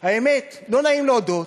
האמת, לא נעים להודות,